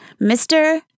Mr